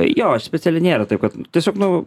jo specialiai nėra taip kad tiesiog nu